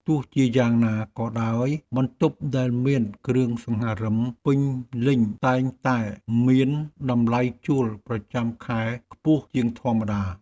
ទោះជាយ៉ាងណាក៏ដោយបន្ទប់ដែលមានគ្រឿងសង្ហារិមពេញលេញតែងតែមានតម្លៃជួលប្រចាំខែខ្ពស់ជាងធម្មតា។